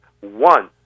One